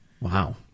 Wow